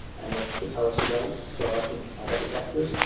and the fatality rate, so i think that was accurate.